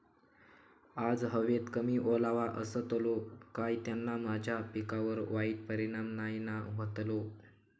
आज हवेत कमी ओलावो असतलो काय त्याना माझ्या पिकावर वाईट परिणाम नाय ना व्हतलो?